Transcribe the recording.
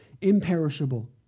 imperishable